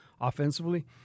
offensively